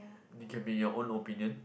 it can be your own opinion